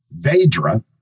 Vedra